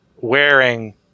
wearing